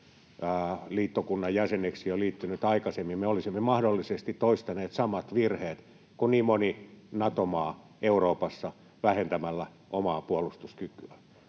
liittokunnan jäseneksi liittynyt jo aikaisemmin, me olisimme mahdollisesti toistaneet samat virheet kuin niin moni Nato-maa Euroopassa vähentämällä omaa puolustuskykyään.